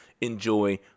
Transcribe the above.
enjoy